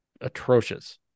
atrocious